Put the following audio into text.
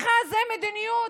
זאת המדיניות?